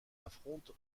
affronte